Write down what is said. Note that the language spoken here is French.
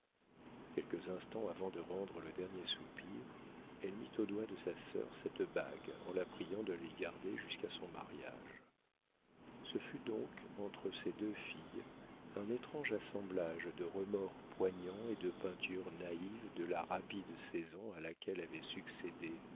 quelques instants avant de rendre le dernier soupir elle mit au doigt de sa sœur cette bague en la priant de l'y garder jusqu'à son mariage ce fut donc entre ces deux filles un étrange assemblage de remords poignants et de peintures naïves de la rapide saison à laquelle avaient succédé